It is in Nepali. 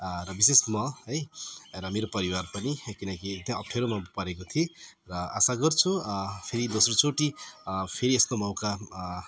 र विशेष म है र मेरो परिवार पनि किनकि एकदम अप्ठ्यारोमा परेको थिएँ र आशा गर्छु फेरि दोस्रोचोटि फेरि यस्तो मौका